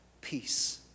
Peace